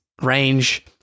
range